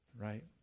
Right